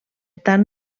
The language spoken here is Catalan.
tant